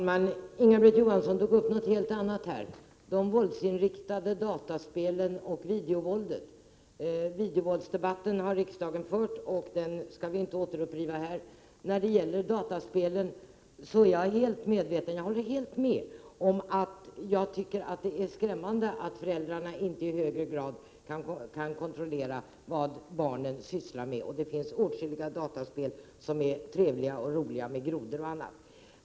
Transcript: Herr talman! Inga-Britt Johansson tog upp något helt annat här — de våldsinriktade dataspelen och videovåldet. Videovåldsdebatten har riksdagen fört, och den skall vi inte återuppliva här. När det gäller dataspelen håller jag helt med om att det är skrämmande att föräldrarna inte i högre grad kan kontrollera vad barnen sysslar med. Det finns åtskilliga dataspel som är trevliga och roliga, med grodor och annat.